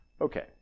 Okay